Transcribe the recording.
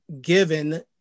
given